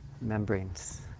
membranes